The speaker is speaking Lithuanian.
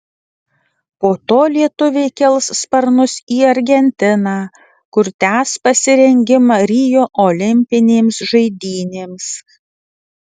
po to lietuviai kels sparnus į argentiną kur tęs pasirengimą rio olimpinėms žaidynėms